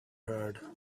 heard